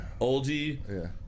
Oldie